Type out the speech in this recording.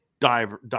Diver